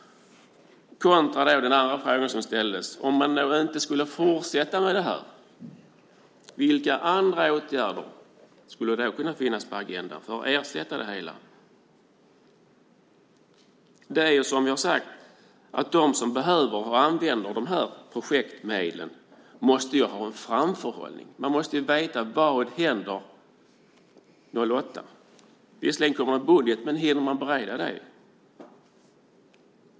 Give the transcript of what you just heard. Den andra frågan jag ställde var: Om man inte fortsätter med detta, vilka andra åtgärder skulle då finnas på agendan för att ersätta det hela? De som behöver och använder de här projektmedlen måste ju ha en framförhållning. Man måste veta vad som händer 2008. Det kommer visserligen en budget, men hinner man bereda det?